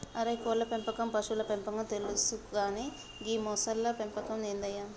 అరే కోళ్ళ పెంపకం పశువుల పెంపకం తెలుసు కానీ గీ మొసళ్ల పెంపకం ఏందయ్య